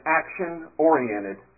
action-oriented